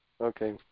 Okay